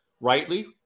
rightly